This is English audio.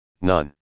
none